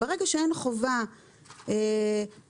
ברגע שאין חובה להקליט,